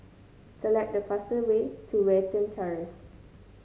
select the fastest way to Watten Terrace